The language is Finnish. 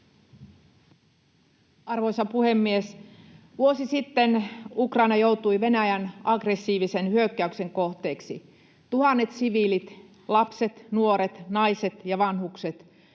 Arvoisa puhemies! Vuosi sitten Ukraina joutui Venäjän aggressiivisen hyökkäyksen kohteeksi. Tuhannet siviilit, lapset, nuoret, naiset ja vanhukset